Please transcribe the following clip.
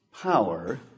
Power